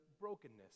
brokenness